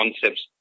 concepts